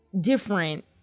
different